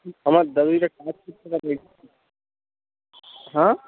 আমার দাদু দিদা হ্যাঁ